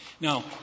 Now